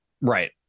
Right